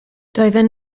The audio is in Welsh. doedden